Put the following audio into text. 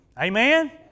Amen